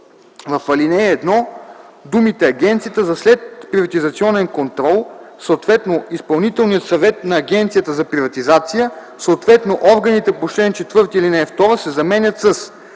В ал. 1 думите „Агенцията за следприватизационен контрол, съответно изпълнителният съвет на Агенцията за приватизация, съответно органите по чл. 4, ал. 2” се заменят с